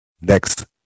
next